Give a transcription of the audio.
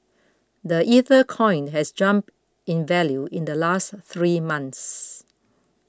the Ether coin has jumped in value in the last three months